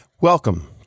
Welcome